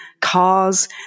cars